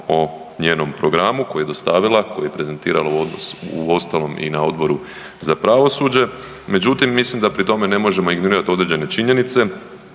o njenom programu koji je dostavila, koji je prezentiran uostalom i na Odboru za pravosuđe, međutim mislim da pri tome ne možemo ignorirati određene činjenice